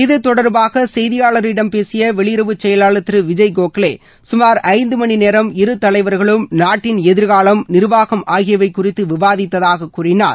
இது தொடர்பாக செய்தியாளரிடம் பேசிய வெளியுறவு செயலாளர் திரு விஜய் கோகலே சுமார் ஐந்து மணி நேரம் இரு தலைவர்களும் நாட்டின் எதிர்காலம் நிர்வாகம் ஆகியவை குறித்து விவாதித்ததாக கூறினார்